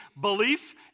belief